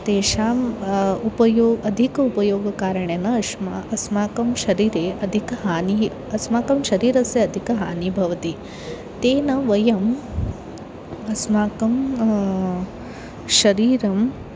तेषाम् उपयोगः अधिक उपयोगकारणेन अश्मा अस्माकं शरिरे अधिकहानिः अस्माकं शरीरस्य अधिकहानिः भवति तेन वयम् अस्माकं शरीरं